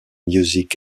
music